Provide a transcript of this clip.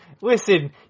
listen